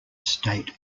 state